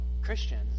Christians